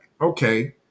okay